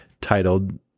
titled